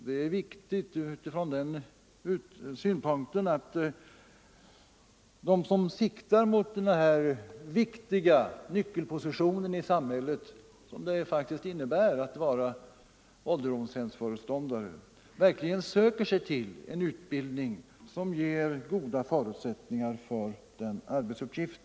Det är viktigt att de som siktar mot en sådan nyckelposition i samhället som det faktiskt innebär att vara ålderdomshemsföreståndare verkligen söker sig till en utbildning, som ger goda förutsättningar för denna arbetsuppgift.